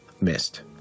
missed